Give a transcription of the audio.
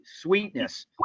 sweetness